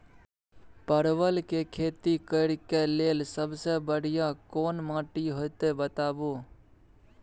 परवल के खेती करेक लैल सबसे बढ़िया कोन माटी होते बताबू?